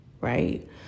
right